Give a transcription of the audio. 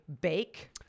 bake